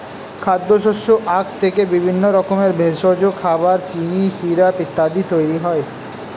খাদ্যশস্য আখ থেকে বিভিন্ন রকমের ভেষজ, খাবার, চিনি, সিরাপ ইত্যাদি তৈরি হয়